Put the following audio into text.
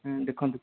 ଦେଖନ୍ତୁ